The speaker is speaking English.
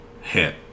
hit